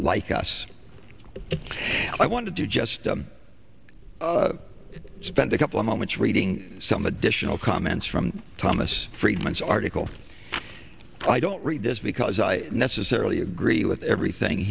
like us i wanted to just spend a couple moments reading some additional comments from thomas friedman's article i don't read this because i necessarily agree with everything